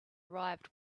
arrived